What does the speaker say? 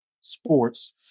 sports